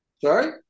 sorry